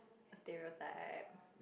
stereotype